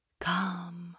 Come